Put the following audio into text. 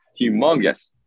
humongous